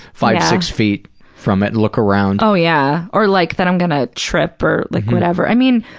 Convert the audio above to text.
five, six feet from it and look around. oh, yeah. or like that i'm going to trip or like whatever. i mean,